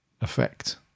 effect